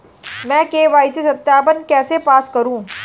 मैं के.वाई.सी सत्यापन कैसे पास करूँ?